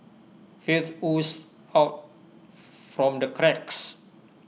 filth oozed out from the cracks